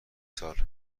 سال